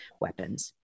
weapons